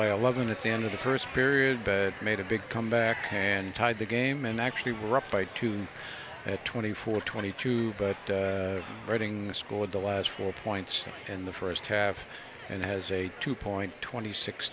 leathern at the end of the first period bed made a big comeback hand tied the game and actually were up by two at twenty four twenty two but writing the school of the last four points in the first half and has a two point twenty six